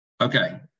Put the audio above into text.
Okay